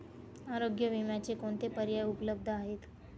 आरोग्य विम्याचे कोणते पर्याय उपलब्ध आहेत?